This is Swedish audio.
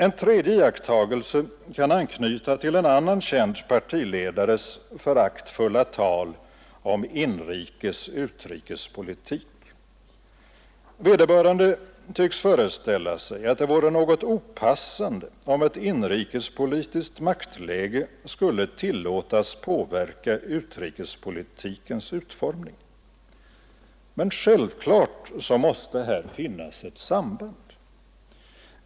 En tredje iakttagelse kan anknyta till en annan känd partiledares föraktfulla tal om inrikes utrikespolitik. Vederbörande tycks föreställa sig att det vore något opassande om ett inrikespolitiskt maktläge skulle tillåtas påverka utrikespolitikens utformning. Men självklart måste här finnas ett samband.